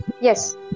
yes